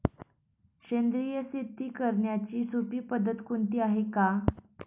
सेंद्रिय शेती करण्याची सोपी पद्धत कोणती आहे का?